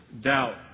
doubt